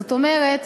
זאת אומרת,